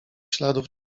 śladów